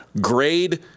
Grade